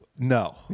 No